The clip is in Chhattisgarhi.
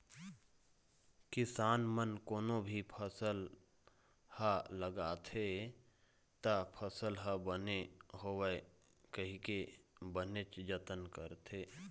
किसान मन कोनो भी फसल ह लगाथे त फसल ह बने होवय कहिके बनेच जतन करथे